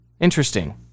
Interesting